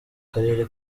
karere